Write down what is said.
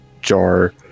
jar